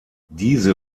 diese